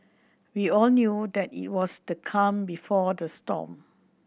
we all knew that it was the calm before the storm